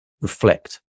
reflect